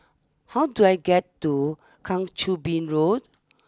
how do I get to Kang Choo Bin Road